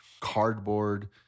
cardboard